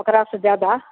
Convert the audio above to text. ओकरा से जादा